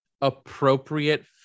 appropriate